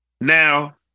Now